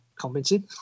convincing